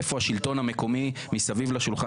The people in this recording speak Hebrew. איפה השלטון המקומי מסביב לשולחן?